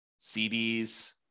CDs